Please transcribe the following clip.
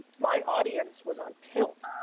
my audience was on tilt,